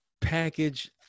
package